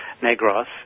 Negros